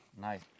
nice